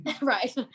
Right